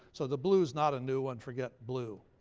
so the blue's not a new one forget blue.